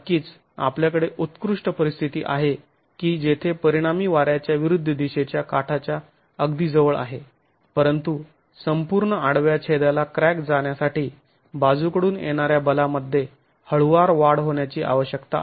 नक्कीच आपल्याकडे उत्कृष्ट परिस्थिती आहे की जेथे परिणामी वाऱ्याच्या विरुद्ध दिशेच्या काठाच्या अगदी जवळ आहे परंतु संपूर्ण आडव्या छेदाला क्रॅक जाण्यासाठी बाजूकडून येणाऱ्या बलामध्ये हळुवार वाढ होण्याची आवश्यकता आहे